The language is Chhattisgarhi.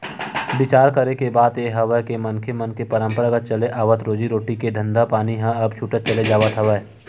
बिचार करे के बात ये हवय के मनखे मन के पंरापरागत चले आवत रोजी रोटी के धंधापानी ह अब छूटत चले जावत हवय